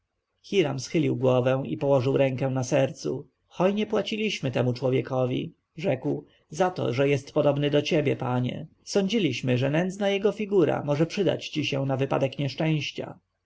hiram schylił głowę i położył rękę na sercu hojnie płaciliśmy temu człowiekowi rzekł zato że jest podobny do ciebie panie sądziliśmy że nędzna jego figura może przydać ci się na wypadek nieszczęścia